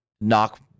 knock